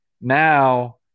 now